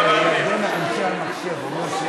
בסדר, עברו חמש דקות.